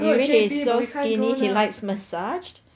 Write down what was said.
you mean he's so skinny he likes massaged